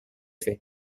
fait